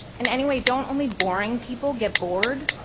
and anyway, don't only boring people get bored?